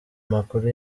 makuru